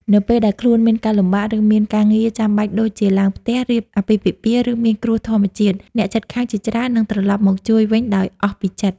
នៅពេលដែលខ្លួនមានការលំបាក ឬមានការងារចាំបាច់ដូចជាឡើងផ្ទះ រៀបអាពាហ៍ពិពាហ៍ ឬមានគ្រោះធម្មជាតិ អ្នកជិតខាងជាច្រើននឹងត្រឡប់មកជួយវិញដោយអស់ពីចិត្ត។